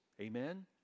Amen